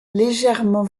légèrement